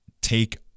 take